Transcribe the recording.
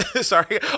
Sorry